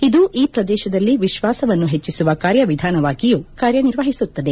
ಇದು ಈ ಶ್ರದೇಶದಲ್ಲಿ ವಿಶ್ವಾಸವನ್ನು ಹೆಚ್ಚಿಸುವ ಕಾರ್ಯ ವಿಧಾನವಾಗಿಯೂ ಕಾರ್ಯನಿರ್ವಹಿಸುತ್ತದೆ